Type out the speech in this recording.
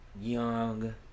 young